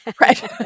right